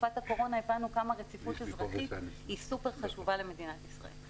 בתקופת הקורונה הבנו כמה רציפות אזרחית היא סופר חשובה למדינת ישראל.